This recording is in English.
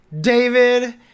David